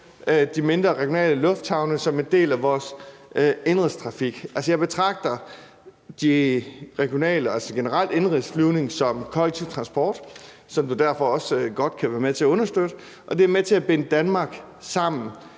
de mindre, regionale lufthavne som en del af vores indenrigstrafik. Altså, jeg betragter generelt indenrigsflyvning som kollektiv transport, som vi derfor også godt kan være med til at understøtte, og det er med til at binde Danmark sammen,